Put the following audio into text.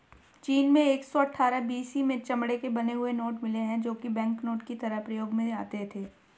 चीन में एक सौ अठ्ठारह बी.सी में चमड़े के बने हुए नोट मिले है जो की बैंकनोट की तरह प्रयोग में आते थे